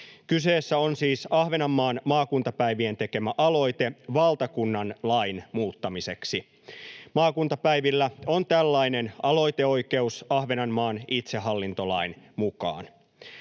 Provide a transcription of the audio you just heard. Kyseessä on siis Ahvenanmaan maakuntapäivien tekemä aloite valtakunnan lain muuttamiseksi. Maakuntapäivillä on tällainen aloiteoikeus Ahvenanmaan itsehallintolain mukaan.